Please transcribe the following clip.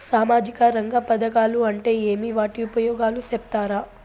సామాజిక రంగ పథకాలు అంటే ఏమి? వాటి ఉపయోగాలు సెప్తారా?